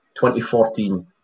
2014